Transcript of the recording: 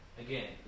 again